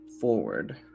forward